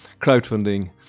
crowdfunding